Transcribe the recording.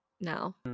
now